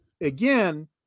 Again